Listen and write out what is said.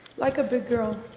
like a big girl.